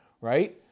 right